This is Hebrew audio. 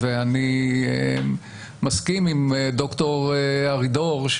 ואני מסכים עם ד"ר ארידור,